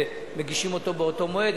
ומגישים אותו באותו מועד.